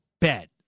bet